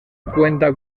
cuenta